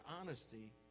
honesty